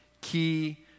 Key